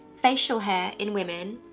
facial hair in women,